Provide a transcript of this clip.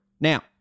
Now